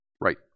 Right